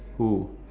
who